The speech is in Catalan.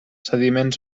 sediments